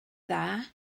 dda